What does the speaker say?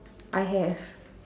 I have